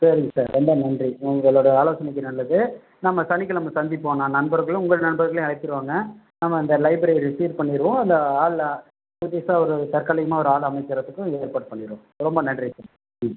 சரிங்க சார் ரொம்ப நன்றி உங்களோடைய ஆலோசனைக்கு நல்லது நம்ம சனிக்கிழம சந்திப்போம் நான் நண்பர்களும் உங்கள் நண்பர்களையும் அழைத்திட்டு வாங்க நம்ம அந்த லைப்ரரியை சீர் பண்ணிடுவோம் இல்லை ஆள் புதுசாக ஒரு தற்காலிகமாக ஒரு ஆள் அமைக்கிறதுக்கும் ஏற்பாடு பண்ணிவிடுவோம் ரொம்ப நன்றிங்க சார் ம்